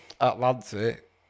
Atlantic